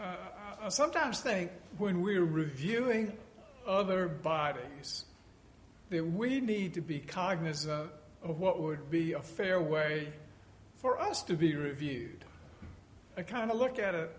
i sometimes think when we are reviewing other bodies then we need to be cognizant of what would be a fair way for us to be reviewed i kind of look at it